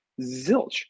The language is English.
Zilch